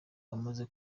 wamaze